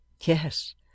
Yes